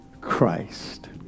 Christ